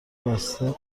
بسته